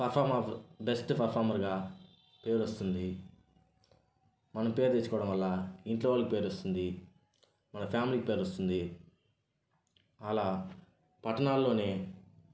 performer best పెరఫార్మర్గా పేరు వస్తుంది మనం పేరు తెచ్చుకోవటం వల్ల ఇంట్లో వాళ్ళకి పేరు వస్తుంది మన ఫ్యామిలీకి పేరు వస్తుంది అలా పట్టణాలలోనే